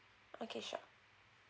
okay sure